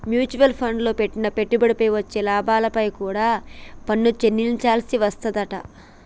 mutual ఫండ్లల్లో పెట్టిన పెట్టుబడిపై వచ్చే లాభాలపై కూడా పన్ను చెల్లించాల్సి వస్తాదంట